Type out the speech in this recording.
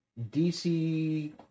DC